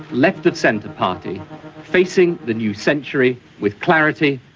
left-of-centre party facing the new century with clarity,